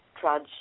trudge